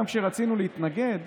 גם כשרצינו להתנגד,